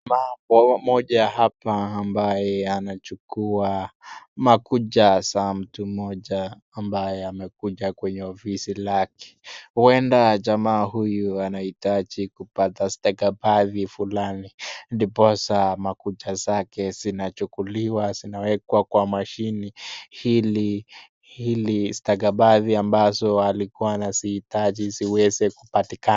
Mtu mmoja hapa ambaye anachukua makucha za mtu mmoja ambaye amekuja kwenye ofisi lake. Huenda jamaa huyu anahitaji kupata stakabadhi fulani ndiposa makucha zake zinachukuliwa zinawekwa kwa mashini ili stakabadhi ambazo alikuwa anazihitaji ziweze kupatikana.